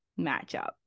matchup